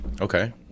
Okay